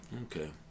Okay